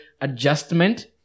adjustment